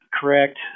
correct